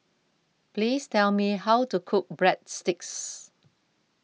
Please Tell Me How to Cook Breadsticks